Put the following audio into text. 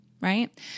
right